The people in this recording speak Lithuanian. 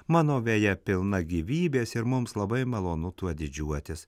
mano veja pilna gyvybės ir mums labai malonu tuo didžiuotis